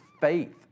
faith